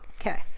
Okay